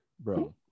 Bro